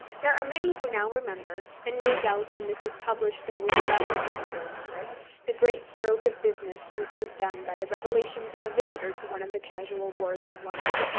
there are many who now remember and no doubt when this is published there will be left some to remember the great stroke of business which was done by the revelations of a visitor to one of the casual wards in london.